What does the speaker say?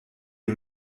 une